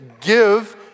give